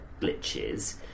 glitches